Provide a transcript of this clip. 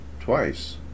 twice